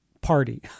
party